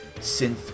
synth